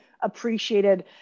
appreciated